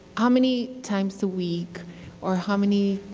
ah many times a week or how many,